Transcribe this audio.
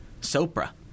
Sopra